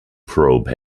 probe